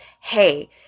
hey